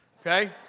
okay